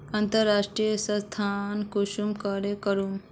अंतर्राष्टीय स्थानंतरण कुंसम करे करूम?